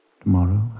tomorrow